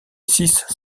six